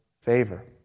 favor